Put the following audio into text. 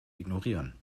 ignorieren